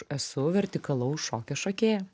esu vertikalaus šokio šokėja